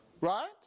Right